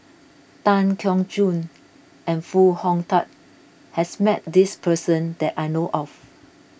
Tan Keong Choon and Foo Hong Tatt has met this person that I know of